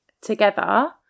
Together